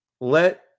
let